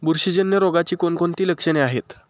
बुरशीजन्य रोगाची कोणकोणती लक्षणे आहेत?